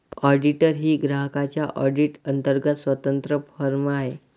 auditor ही ग्राहकांच्या audit अंतर्गत स्वतंत्र फर्म आहे